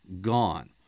gone